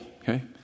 Okay